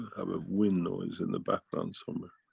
have a wind noise in the background somewhere.